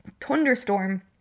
thunderstorm